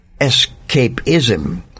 escapism